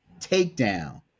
Takedown